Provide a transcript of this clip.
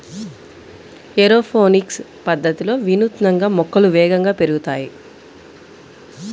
aeroponics పద్ధతిలో వినూత్నంగా మొక్కలు వేగంగా పెరుగుతాయి